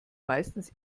meistens